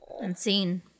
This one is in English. Unseen